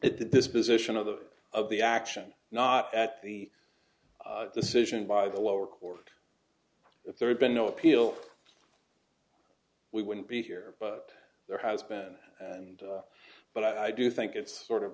this position of the of the action not at the decision by the lower court if there had been no appeal we wouldn't be here but there has been and but i do think it's sort of